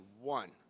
one